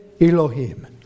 Elohim